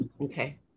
Okay